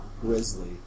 grizzly